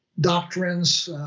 doctrines